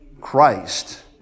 Christ